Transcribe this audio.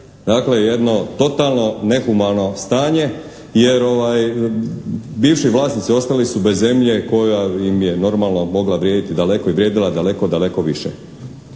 Dakle, jedno totalno nehumano stanje jer bivši vlasnici ostali su bez zemlje koja im je normalno mogla vrijediti, daleko je vrijedila, daleko, daleko više.